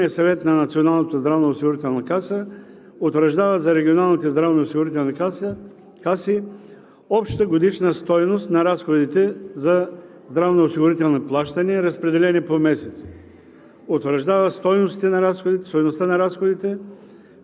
в болничната помощ. Какво имам предвид? Надзорният съвет на Националната здравноосигурителна каса утвърждава за регионалните здравноосигурителни каси общата годишна стойност на разходите за здравноосигурителни плащания, разпределени по месеци,